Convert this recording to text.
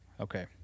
Okay